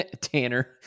Tanner